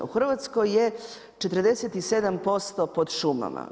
U Hrvatskoj je 47% pod šumama.